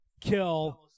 kill